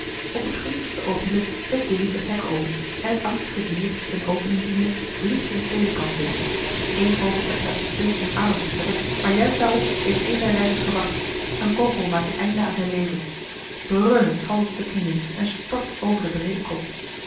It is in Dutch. op het gunstige oogenblik zet dilly een hek open en het angstige dier eene opening ziende vliegt een tweeden kamp binnen éen oogenblik staat het stil om adem te scheppen maar juist daarop heeft een der ruiters gewacht een kogel maakt een einde aan zijn leven brullend valt het op de knieën en stort over den breeden kop